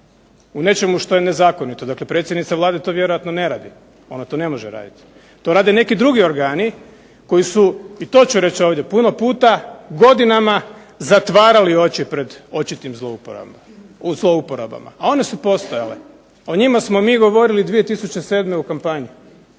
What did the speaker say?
U nečemu što je nezakonito, dakle predsjednica Vlade to vjerojatno ne radi. Ona to ne može raditi. To rade neki drugi organi koji su, i to ću reći ovdje, puno puta godinama zatvarali oči pred očitim zlouporabama, a one su postojale, o njima smo mi govorili 2007. u kampanji.